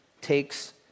takes